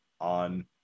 on